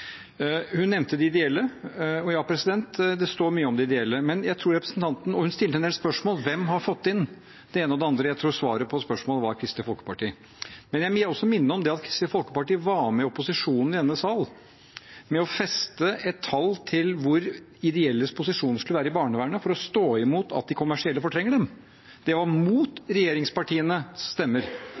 Hun nevnte de ideelle, og det står mye om de ideelle, og hun stilte en del spørsmål om hvem som hadde fått inn det ene og det andre, og jeg tror svaret på spørsmålet var Kristelig Folkeparti. Men jeg vil også minne om at Kristelig Folkeparti var med opposisjonen i denne sal på å feste et tall til hvor de ideelles posisjon skulle være i barnevernet for å stå imot at de kommersielle fortrenger dem. Det var mot regjeringspartienes stemmer.